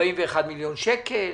41 מיליון שקלים,